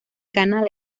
canal